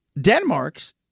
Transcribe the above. Denmark's